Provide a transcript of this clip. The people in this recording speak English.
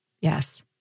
Yes